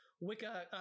Wicca